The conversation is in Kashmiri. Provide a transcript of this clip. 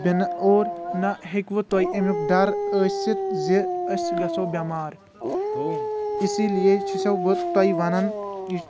اور نہٕ ہیٚکو تۄہہِ أمیُک ڈر أسِتھ زِ أسۍ گژھو بٮ۪مار اسی لیے چِھسو بہٕ تۄہہِ ونان